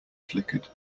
flickered